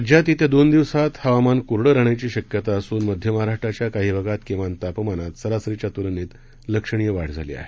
राज्यात येत्या दोन दिवसात हवामान कोरडं राहण्याची शक्यता असून मध्य महाराष्ट्राच्या काही भागात किमान तापमानात सरासरीच्या तुलनेत लक्षणीय वाढ झाली आहे